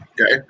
okay